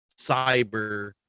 cyber